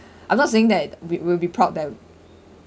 I'm not saying that we will be proud that